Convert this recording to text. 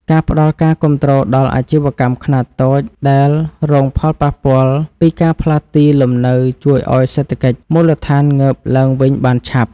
ការផ្តល់ការគាំទ្រដល់អាជីវកម្មខ្នាតតូចដែលរងផលប៉ះពាល់ពីការផ្លាស់ទីលំនៅជួយឱ្យសេដ្ឋកិច្ចមូលដ្ឋានងើបឡើងវិញបានឆាប់។